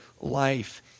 life